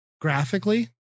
graphically